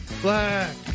black